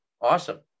Awesome